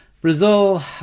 Brazil